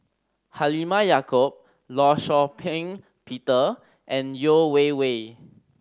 Halimah Yacob Law Shau Ping Peter and Yeo Wei Wei